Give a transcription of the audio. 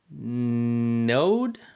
Node